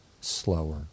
slower